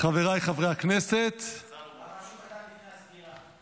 חבריי חברי הכנסת --- משהו קטן לפני הסגירה: